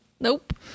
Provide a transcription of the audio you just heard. Nope